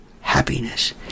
happiness